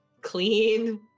clean